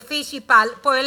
ולי בפרט,